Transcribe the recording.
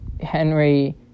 Henry